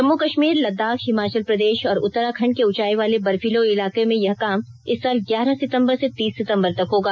जम्मे कश्मीार लद्दाख हिमाचल प्रदेश और उत्तमराखंड के ऊंचाई वाले बर्फीले इलाकों में यह काम इस साल ग्यारह सितंबर से तीस सितंबर तक होगा